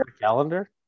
calendar